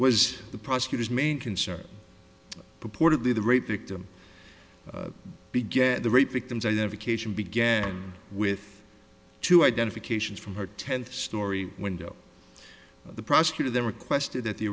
was the prosecutor's main concern purportedly the rape victim begat the rape victim's identification began with two identifications from her tenth story window the prosecutor there were question that the